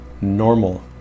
normal